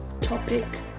topic